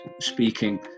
speaking